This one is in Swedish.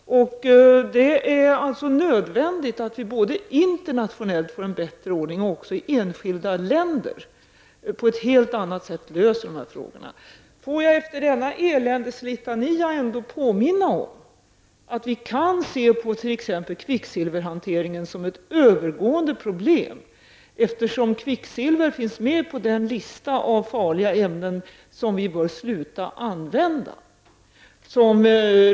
Det är nödvändigt att vi får en bättre ordning både internationellt och i enskilda länder för att lösa dem. Låt mig efter denna eländeslitania påminna om att vi trots allt kan se på t.ex. kvicksilverhanteringen som ett övergående problem, eftersom kvicksilver finns med på den lista över farliga ämnen som vi bör sluta att använda.